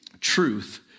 truth